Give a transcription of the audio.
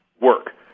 work